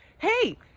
hey!